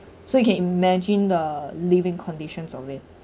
so you can imagine the living conditions of it